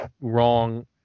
wrong